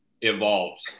evolved